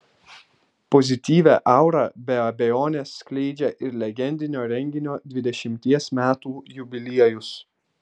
pozityvią aurą be abejonės skleidžia ir legendinio renginio dvidešimties metų jubiliejus